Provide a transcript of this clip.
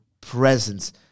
presence